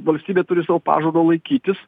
valstybė turi savo pažado laikytis